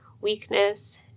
weakness